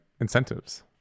incentives